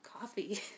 Coffee